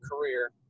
career